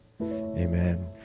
amen